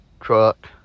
truck